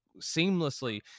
seamlessly